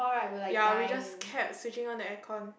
ya we just kept switching on the aircon